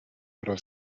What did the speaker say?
pero